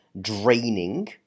draining